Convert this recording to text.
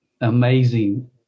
amazing